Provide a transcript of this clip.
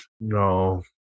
no